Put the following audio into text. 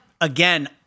again